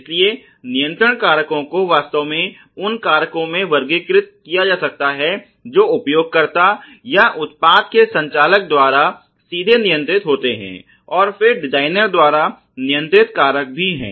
इसलिए नियंत्रण कारकों को वास्तव में उन कारकों में वर्गीकृत किया जा सकता है जो उपयोगकर्ता या उत्पाद के संचालक द्वारा सीधे नियंत्रित होते हैं और फिर डिजाइनर द्वारा नियंत्रित कारक भी हैं